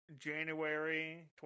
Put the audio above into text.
January